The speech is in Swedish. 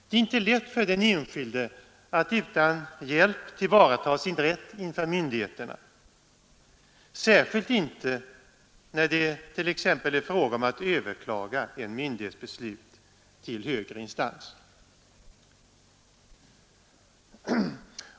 Det är inte lätt för den enskilde att utan hjälp tillvarata sin rätt inför myndigheterna, särskilt inte när det t.ex. är fråga om att överklaga en myndighets beslut till högre instans.